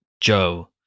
joe